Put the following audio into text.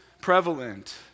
prevalent